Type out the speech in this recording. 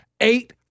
Eight